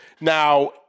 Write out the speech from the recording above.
Now